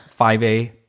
5A